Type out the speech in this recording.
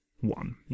one